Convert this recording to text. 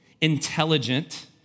intelligent